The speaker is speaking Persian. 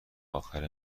آخر